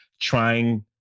trying